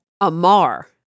Amar